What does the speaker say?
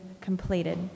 completed